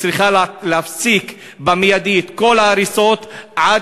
צריכה להפסיק מיידית את כל ההריסות עד